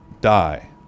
die